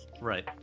Right